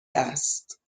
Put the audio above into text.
است